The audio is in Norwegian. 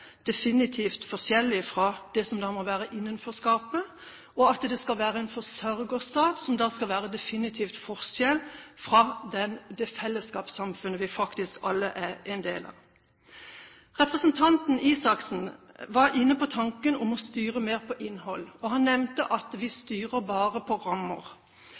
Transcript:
definitivt forskjellig fra det som da må være et innenforskap, og at det skal være en forsørgerstat, som da skal være definitivt forskjellig fra det fellesskapssamfunnet vi alle er en del av. Representanten Røe Isaksen var inne på tanken om å styre mer på innhold, og han nevnte at vi styrer bare på rammer.